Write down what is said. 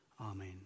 Amen